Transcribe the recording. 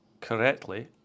correctly